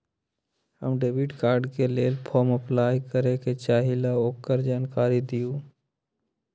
हम debit card के लेल फॉर्म अपलाई करे के चाहीं ल ओकर जानकारी दीउ?